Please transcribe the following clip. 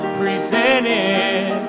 presented